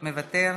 מוותר,